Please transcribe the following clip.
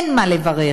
אין מה לברך,